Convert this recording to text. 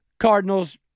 Cardinals